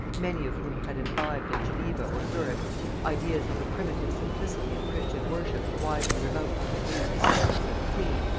many of whom had imbibed at geneva or zurich ideas of a primitive simplicity in christian worship widely remote from the views and sentiments of the queen,